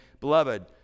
beloved